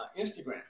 Instagram